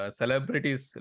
celebrities